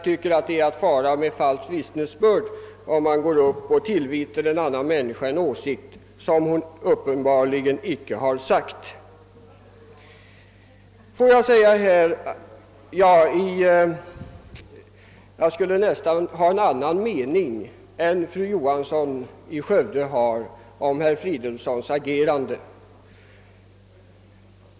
Det är att fara med falskt vittnesbörd, om man tillvitar en annan människa en åsikt som hon uppenbarligen icke har uttryckt. Jag har i viss mån en annan mening än fru Johansson om herr Fridolfssons agerande här i kammaren.